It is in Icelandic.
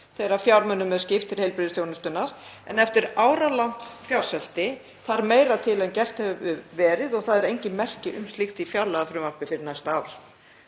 þegar fjármunum er skipt til heilbrigðisþjónustunnar en eftir áralangt fjársvelti þarf meira til en gert hefur verið og það eru engin merki um slíkt í fjárlagafrumvarpi fyrir næsta ár.